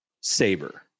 Saber